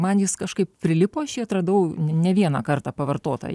man jis kažkaip prilipo aš jį atradau ne vieną kartą pavartotą